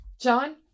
John